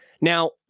Now